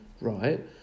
right